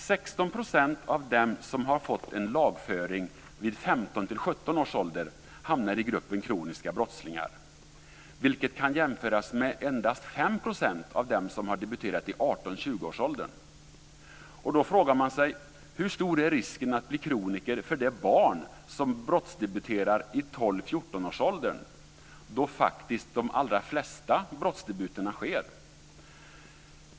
16 % av dem som har fått en lagföring vid 15-17 års ålder hamnar i gruppen kroniska brottslingar, vilket kan jämföras med endast 5 % av dem som har debuterat i 18-20 Man frågar sig då hur stor risken att bli kroniker är för det barn som brottsdebuterar i 12-14-årsåldern, vilket faktiskt är den ålder då de allra flesta brottsdebuterna sker.